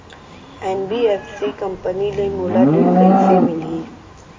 NBFC company ले मोला ऋण कइसे मिलही?